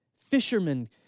Fishermen